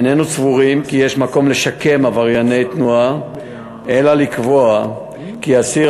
איננו סבורים כי יש מקום לשקם עברייני תנועה אלא לקבוע כי אסיר